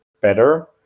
better